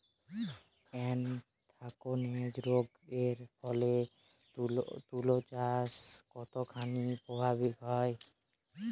Anthracnose রোগ এর ফলে তুলাচাষ কতখানি প্রভাবিত হয়?